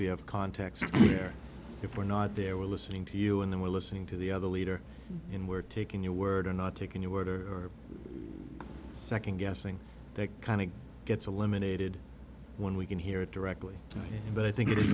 we have context here if we're not there we're listening to you and then we're listening to the other leader in we're taking your word and not taking your word or second guessing that kind of gets a limited when we can hear it directly but i think it is